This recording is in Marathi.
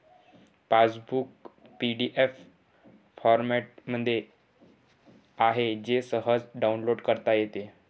पासबुक पी.डी.एफ फॉरमॅटमध्ये आहे जे सहज डाउनलोड करता येते